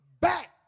back